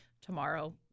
tomorrow